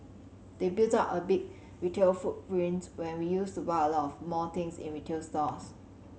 they built out a big retail footprints when we used to buy a lot more things in retail stores